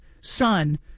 son